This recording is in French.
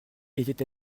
était